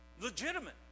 Legitimate